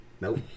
nope